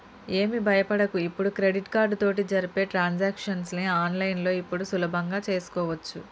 ఏమి భయపడకు ఇప్పుడు క్రెడిట్ కార్డు తోటి జరిపే ట్రాన్సాక్షన్స్ ని ఆన్లైన్లో ఇప్పుడు సులభంగా చేసుకోవచ్చు